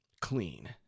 clean